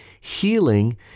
healing